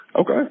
Okay